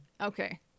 Okay